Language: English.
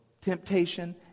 temptation